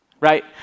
right